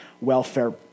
Welfare